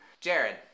Jared